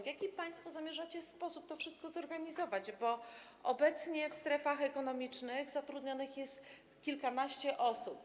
W jaki sposób państwo zamierzacie to wszystko zorganizować, bo obecnie w strefach ekonomicznych zatrudnianych jest kilkanaście osób.